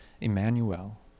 Emmanuel